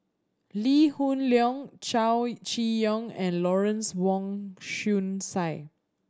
Lee Hoon Leong Chow Chee Yong and Lawrence Wong Shyun Tsai